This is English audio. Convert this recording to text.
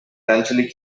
eventually